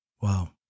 Wow